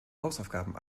hausaufgaben